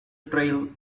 trail